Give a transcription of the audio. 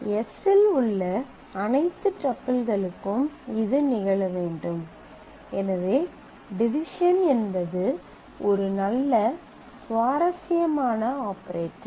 s இல் உள்ள அனைத்து டப்பிள்களுக்கும் இது நிகழ வேண்டும் எனவே டிவிசன் என்பது ஒரு நல்ல சுவாரஸ்யமான ஆபரேட்டர்